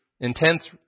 intense